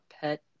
pet